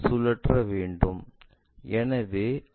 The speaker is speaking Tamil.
எனவே அந்த நீளத்தை மாற்றுவோம்